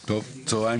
צוהריים